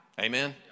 Amen